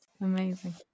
Amazing